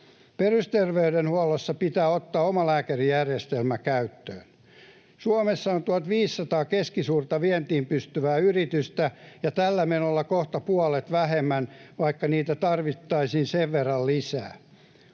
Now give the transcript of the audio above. Perusterveydenhuollossa pitää ottaa omalääkärijärjestelmä käyttöön. Suomessa on 1 500 keskisuurta vientiin pystyvää yritystä ja tällä menolla kohta puolet vähemmän, vaikka niitä tarvittaisiin sen verran lisää.